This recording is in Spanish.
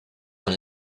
con